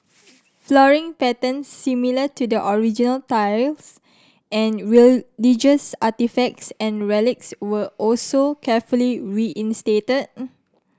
flooring patterns similar to the original tiles and religious artefacts and relics were also carefully reinstated